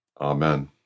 Amen